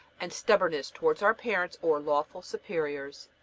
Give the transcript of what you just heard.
and stubbornness towards our parents or lawful superiors.